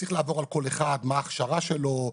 צריך לעבור על כל אחד מה ההכשרה שלו,